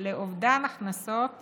לאובדן הכנסות